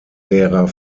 derer